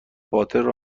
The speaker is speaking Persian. باطل